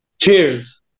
Cheers